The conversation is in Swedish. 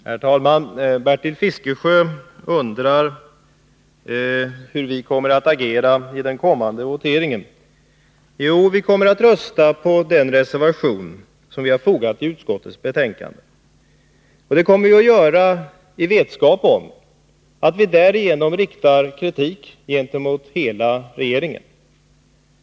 Herr talman! Bertil Fiskesjö undrar hur vi kommer att agera i den kommande voteringen. Jo, vi kommer att rösta på den reservation som vi har fogat till utskottets betänkande. Det kommer vi att göra i vetskap om att vi därigenom riktar kritik mot hela regeringen.